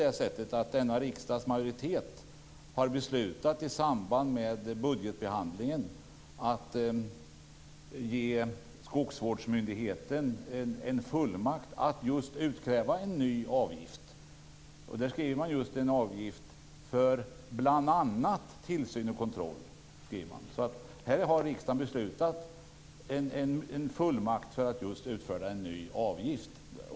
Men tyvärr har denna riksdags majoritet i samband med budgetbehandlingen beslutat att ge skogsvårdsmyndigheten fullmakt att utkräva just en ny avgift. Man skriver om en avgift för bl.a. tillsyn och kontroll. Riksdagen har alltså beslutat ge en fullmakt för att utfärda en ny avgift.